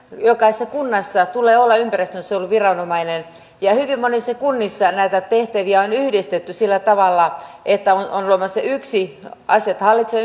jokaisessa kunnassa tulee olla ympäristönsuojeluviranomainen ja hyvin monissa kunnissa näitä tehtäviä on yhdistetty sillä tavalla että on on olemassa yksi asiat hallitseva